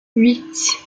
huit